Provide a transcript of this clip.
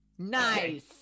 Nice